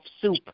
soup